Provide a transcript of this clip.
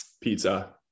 Pizza